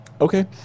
Okay